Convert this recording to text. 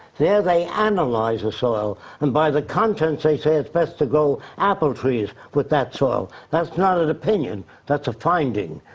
there they analyze the soil and by the content they say it's best to grow apple trees with that soil. that's not an opinion, that's a finding.